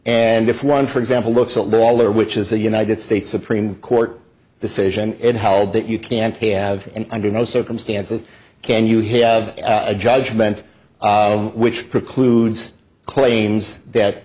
and if one for example looks at the all or which is a united states supreme court decision it held that you can't have and under no circumstances can you have a judgment which precludes claims that